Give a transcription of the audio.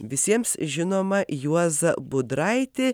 visiems žinomą juozą budraitį